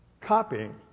copying